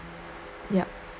ya